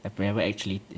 I've never actually